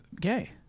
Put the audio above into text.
gay